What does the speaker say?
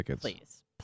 Please